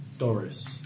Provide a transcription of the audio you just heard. Doris